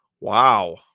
wow